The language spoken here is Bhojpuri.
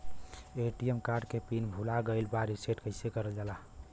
ए.टी.एम कार्ड के पिन भूला गइल बा रीसेट कईसे करल जाला?